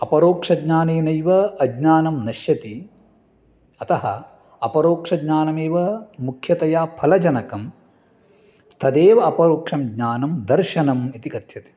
अपरोक्षज्ञानेनैव अज्ञानं नश्यति अतः अपरोक्षज्ञानमेव मुख्यतया फलजनकं तदेव अपरोक्षं ज्ञानं दर्शनम् इति कथ्यते